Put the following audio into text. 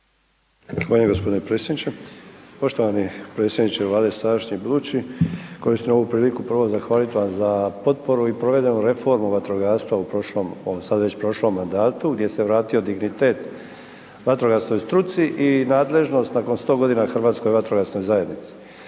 Zahvaljujem g. predsjedniče. Poštovani predsjedniče Vlade i sadašnji i budući, koristim ovu priliku prvo zahvalit vam za potporu i provedenu reformu vatrogastva u ovom sada već prošlom mandatu gdje se vratio dignitet vatrogasnoj struci i nadležnost nakon 100 g. HVZ-a. Zahvaljujem